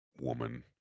woman